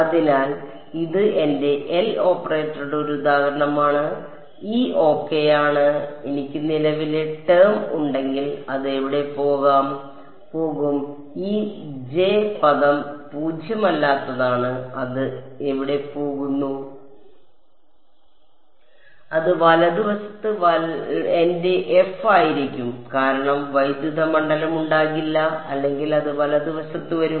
അതിനാൽ ഇത് എന്റെ എൽ ഓപ്പറേറ്ററുടെ ഒരു ഉദാഹരണമാണ് ഇ ഓകെയാണ് എനിക്ക് നിലവിലെ ടേം ഉണ്ടെങ്കിൽ അത് എവിടെ പോകും ഈ ജെ പദം പൂജ്യമല്ലാത്തതാണ് അത് എവിടെ പോകുന്നു അത് വലതുവശത്ത് വലതുവശത്ത് എന്റെ എഫ് ആയിരിക്കും കാരണം വൈദ്യുത മണ്ഡലം ഉണ്ടാകില്ല അല്ലെങ്കിൽ അത് വലതുവശത്ത് വരും